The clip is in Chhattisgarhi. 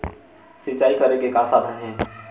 सिंचाई करे के का साधन हे?